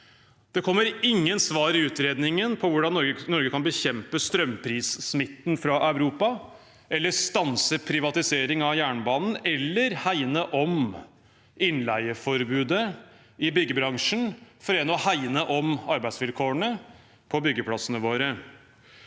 Det kommer ingen svar i utredningen på hvordan Norge kan bekjempe strømprissmitten fra Europa, stanse privatiseringen av jernbanen eller hegne om innleieforbudet i byggebransjen for igjen å hegne om arbeidsvilkårene på byggeplassene våre.